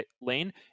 lane